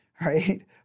right